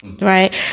Right